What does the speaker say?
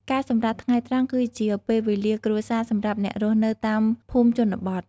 ការសម្រាកថ្ងៃត្រង់គឺជាពេលវេលាគ្រួសារសម្រាប់អ្នករស់នៅតាមភូមិជនបទ។